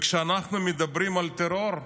כשאנחנו מדברים על טרור,